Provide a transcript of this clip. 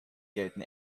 gelten